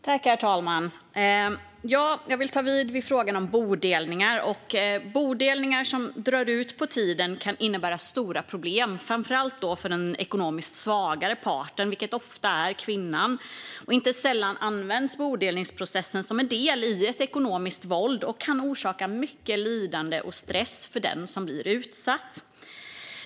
Herr talman! Jag vill ta vid när det gäller frågan om bodelningar. Bodelningar som drar ut på tiden kan innebära stora problem, framför allt för den ekonomiskt svagare parten, som ofta är kvinnan. Inte sällan används bodelningsprocessen som en del i ett ekonomiskt våld, och det kan orsaka mycket lidande och stress för den som blir utsatt.